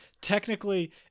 technically